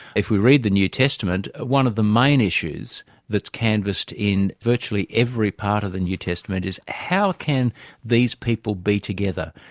if we read the new testament, one of the main issues that's canvassed in virtually every part of the new testament is how can these people be together?